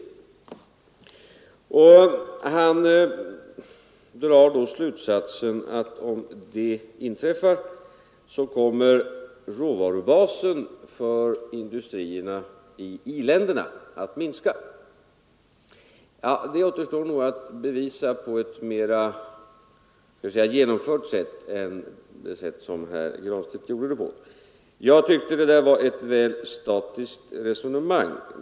Herr Granstedt drar slutsatsen att om det inträffar så kommer råvarubasen för industrierna i i-länder att minska. Det återstår nog att bevisa på ett mera genomtänkt sätt än det sätt herr Granstedt gjorde det på. Jag tycker att hans resonemang var väl statiskt.